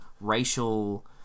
racial